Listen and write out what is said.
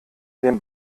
den